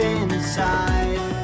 inside